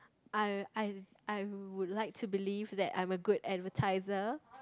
I I I would like to believe that I'm a good advertiser